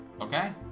Okay